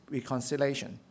Reconciliation